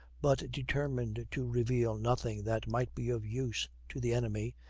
but determined to reveal nothing that might be of use to the enemy,